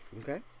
okay